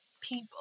people